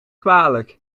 kwalijk